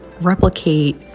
replicate